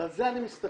ועל זה אני מסתכל.